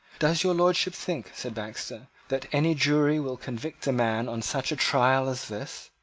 does your lordship think, said baxter, that any jury will convict a man on such a trial as this?